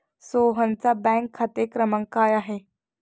सोहनचा बँक खाते क्रमांक काय आहे?